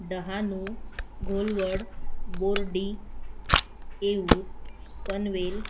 डहाणू घोलवड बोर्डी येऊ पनवेल